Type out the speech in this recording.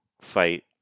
fight